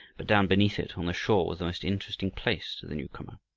but down beneath it, on the shore, was the most interesting place to the newcomer,